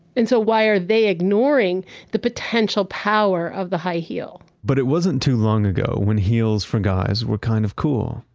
and so, why are they ignoring the potential power of the high heel but it wasn't too long ago when heels for guys were kind of cool.